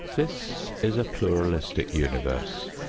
this is a pluralistic universe.